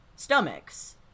stomachs